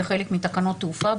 זה חלק מתקנות התעופה,